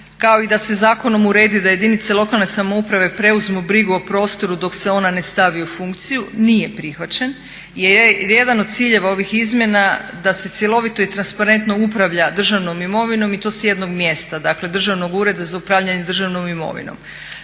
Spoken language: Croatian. kao i da se zakonom uredi da jedinice lokalne samouprave preuzmu brigu o prostoru dok se ona ne stavi u funkciju nije prihvaćen jer je jedan od ciljeva ovih izmjena da se cjelovito i transparentno upravlja državnom imovinom i to s jednog mjesta, dakle Državnog ureda za upravljanje državnom imovinom